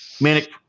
manic